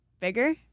bigger